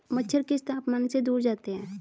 मच्छर किस तापमान से दूर जाते हैं?